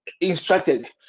instructed